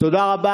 תודה רבה.